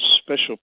special